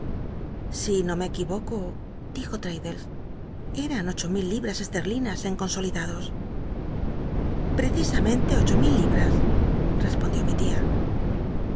si no me cqu hoco dijo traddles eran ocho milliblas esterlinas en consolidados preci amentc ocho mil tibl'as respondió mi tia